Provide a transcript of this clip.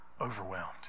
overwhelmed